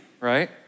Right